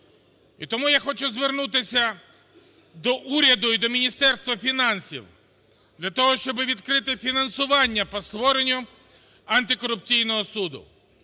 І тому я хочу звернутися до уряду і до Міністерства фінансів для того, щоб відкрити фінансування по створенню антикорупційного суду.